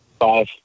Five